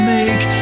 make